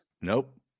Nope